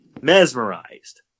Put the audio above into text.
mesmerized